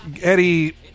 Eddie